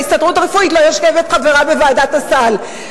ההסתדרות הרפואית לא יושבת חברה בוועדת הסל.